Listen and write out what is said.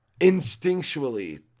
Instinctually